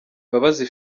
mbabazi